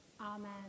Amen